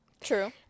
True